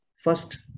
first